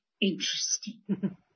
Interesting